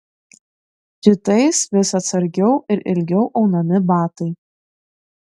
rytais vis atsargiau ir ilgiau aunami batai